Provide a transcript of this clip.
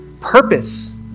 purpose